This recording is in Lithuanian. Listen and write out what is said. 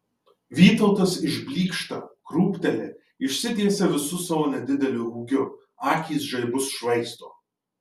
vytautas išblykšta krūpteli išsitiesia visu savo nedideliu ūgiu akys žaibus švaisto